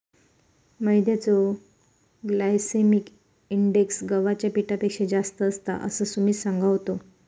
मैद्याचो glycaemic index गव्हाच्या पिठापेक्षा जास्त असता, असा सुमित सांगा होतो